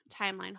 timeline